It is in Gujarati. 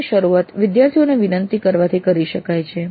ફોર્મ ની શરૂઆત વિદ્યાર્થીઓને વિનંતી કરવાથી કરી શકાય છે